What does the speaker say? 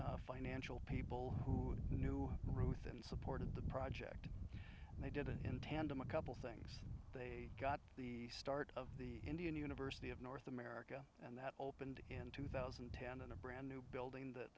financial people who knew ruth and supported the project and they did it in tandem a couple things they got the start of the indian university of north america and that opened in two thousand and ten in a brand new building th